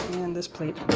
and this plate.